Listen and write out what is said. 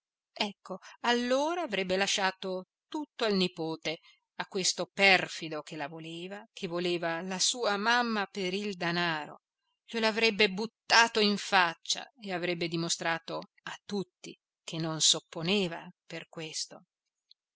ecco allora avrebbe lasciato tutto al nipote a questo perfido che la voleva che voleva la sua mamma per il danaro glielo avrebbe buttato in faccia e avrebbe dimostrato a tutti che non s'opponeva per questo